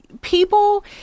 people